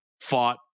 fought